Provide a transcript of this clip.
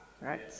right